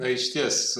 tai išties